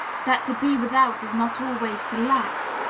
that to be without is not always to lack,